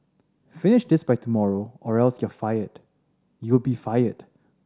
finish this by tomorrow or else you'll fired you'll be fired